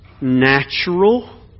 natural